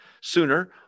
Sooner